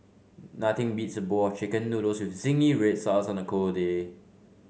nothing beats a bowl of chicken noodles with zingy red sauce on a cold day